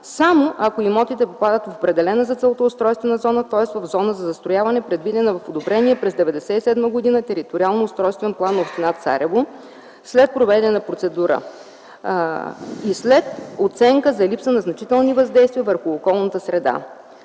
само ако имотите попадат в определена за целта устройствена зона, тоест в зона за застрояване, предвидена в одобрения през 1997 г. териториално-устройствен план на община Царево след проведена процедура, след оценка за липса на значителни въздействия върху околната среда.